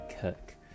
cook